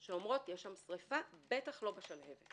שאומרות: יש שם שריפה - בטח לא בשלהבת.